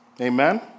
Amen